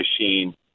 machine